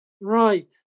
Right